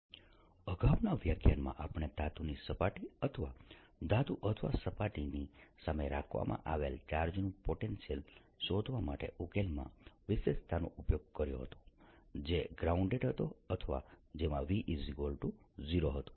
method of images II ground metallic plane અને ground metal ગોળાની સામે પોઇન્ટ ચાર્જ અગાઉના વ્યાખ્યાનમાં આપણે ધાતુની સપાટી અથવા ધાતુ અથવા સપાટીની સામે રાખવામાં આવેલા ચાર્જ નું પોટેન્શિયલ શોધવા માટે ઉકેલમાં વિશિષ્ટતાનો ઉપયોગ કર્યો હતો જે ગ્રાઉન્ડેડ હતો અથવા જેમાં v0 હતું